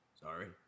Sorry